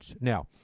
Now